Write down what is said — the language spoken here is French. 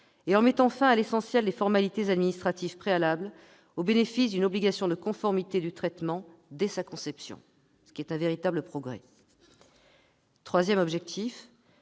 et en mettant fin à l'essentiel des formalités administratives préalables au bénéfice d'une obligation de conformité du traitement dès sa conception, ce qui est un véritable progrès. Troisièmement,